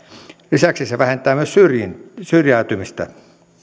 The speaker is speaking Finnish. lisäksi se vähentää myös syrjäytymistä